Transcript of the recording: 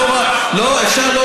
אפשר.